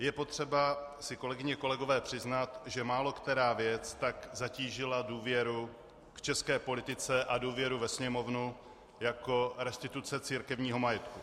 Je potřeba si, kolegyně a kolegové, přiznat, že málokterá věc tak zatížila důvěru k české politice a důvěru ve Sněmovnu jako restituce církevního majetku.